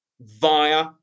via